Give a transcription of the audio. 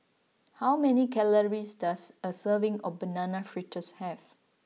how many calories does a serving of Banana Fritters have